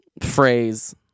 phrase